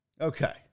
Okay